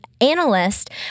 analyst